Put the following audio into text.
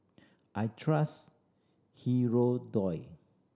I trust Hirudoid